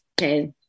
okay